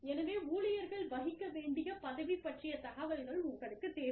எனவே ஊழியர்கள் வகிக்க வேண்டிய பதவி பற்றிய தகவல்கள் உங்களுக்குத் தேவை